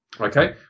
Okay